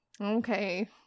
Okay